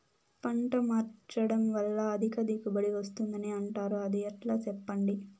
పంట మార్చడం వల్ల అధిక దిగుబడి వస్తుందని అంటారు అది ఎట్లా సెప్పండి